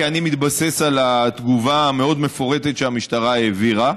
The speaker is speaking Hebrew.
כי אני מתבסס על התגובה המאוד-מפורטת שהמשטרה העבירה,